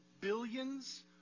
billions